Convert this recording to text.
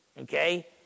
okay